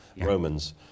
Romans